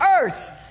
earth